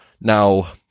now